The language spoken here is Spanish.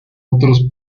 otros